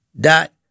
dot